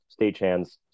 stagehands